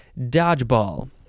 dodgeball